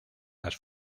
las